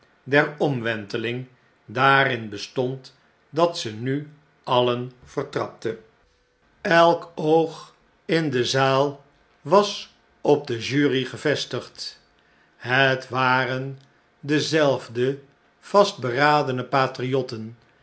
der omwenteling daarin bestond dat zjj ze nu alien vertrapte het spel begint elk oog in de zaal was op de jury gevestigd het waren dezelfde vastberadene